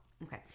Okay